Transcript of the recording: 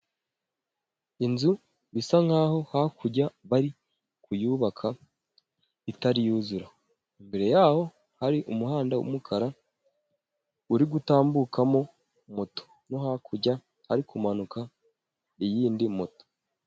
Inzu bisa nk'aho hakurya bari kuyubaka itari yuzura, imbere y'aho hari umuhanda w'umukara uri gutambukamo moto, no hakurya hari kumanuka iyindi moto.